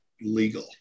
legal